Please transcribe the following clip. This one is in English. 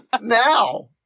now